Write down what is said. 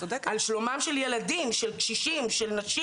על שלומם של ילדים של קשישים של נשים